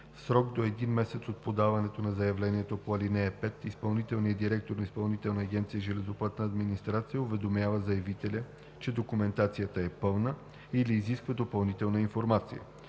В срок до един месец от подаване на заявлението по ал. 5 изпълнителният директор на Изпълнителна агенция „Железопътна администрация“ уведомява заявителя, че документацията е пълна, или изисква допълнителна информация.